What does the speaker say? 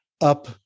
up